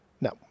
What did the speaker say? No